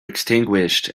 extinguished